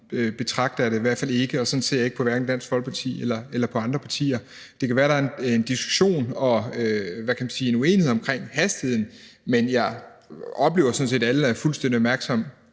betragter jeg det i hvert fald ikke, og sådan ser jeg ikke på hverken Dansk Folkeparti eller på andre partier. Det kan være, at der er en diskussion og en uenighed omkring hastigheden, men jeg oplever sådan set, at alle er fuldstændig opmærksomme